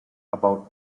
about